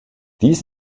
dies